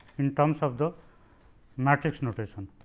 in terms of the matrix notation